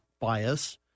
bias